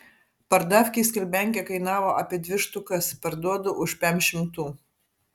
pardavkėj skalbiankė kainavo apie dvi štukas parduodu už pem šimtų